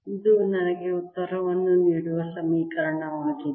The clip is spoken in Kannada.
ಇದು ನನಗೆ ಉತ್ತರವನ್ನು ನೀಡುವ ಸಮೀಕರಣವಾಗಿದೆ